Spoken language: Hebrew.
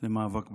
למאבק בשחיתות.